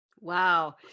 Wow